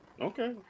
Okay